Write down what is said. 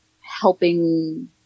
helping